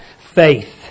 faith